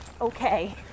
okay